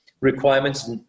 requirements